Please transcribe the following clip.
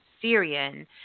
Syrian